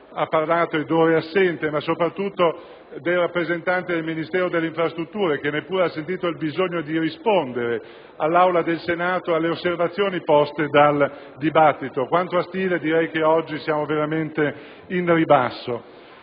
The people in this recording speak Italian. ha parlato ed ora è assente, ma soprattutto del rappresentante del Ministero delle infrastrutture, che neppure ha sentito il bisogno di rispondere nell'Aula del Senato alle osservazioni poste dal dibattito. Quanto a stile, direi che oggi siamo veramente in ribasso.